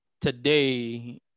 today